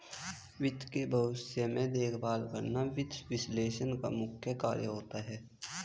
वित्त के भविष्य में देखभाल करना वित्त विश्लेषक का मुख्य कार्य होता है